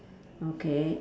okay